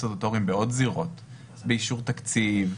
סטטוטוריים בעוד זירות - באישור תקציב,